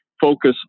focus